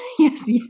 Yes